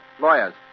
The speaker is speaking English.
lawyers